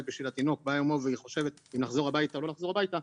בשביל התינוק והיא חושבת אם לחזור הביתה או לא לחזור הביתה,